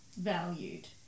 valued